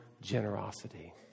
generosity